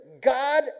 God